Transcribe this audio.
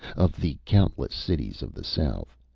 of the countless cities of the south,